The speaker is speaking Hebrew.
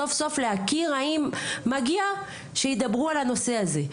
סוף סוף להכיר האם מגיע שידברו על הנושא הזה.